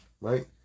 right